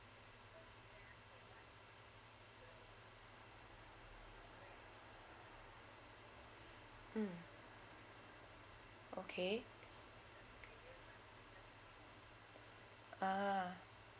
mm okay ah